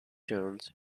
jones